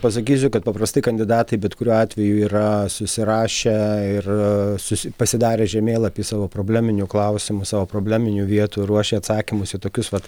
pasakysiu kad paprastai kandidatai bet kuriuo atveju yra susirašę ir susi pasidarė žemėlapį savo probleminių klausimų savo probleminių vietų ir ruošė atsakymus į tokius vat